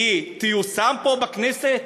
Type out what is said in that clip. היא תיושם פה בכנסת?